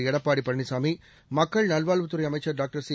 எடப்பாடி பழனிசாமி மக்கள் நல்வாழ்வுத்துறை அமைச்சர் டாக்டர் சி